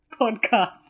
podcast